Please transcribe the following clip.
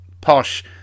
posh